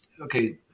Okay